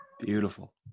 Beautiful